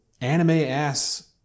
anime-ass